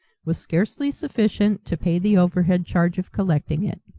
was scarcely sufficient to pay the overhead charge of collecting it.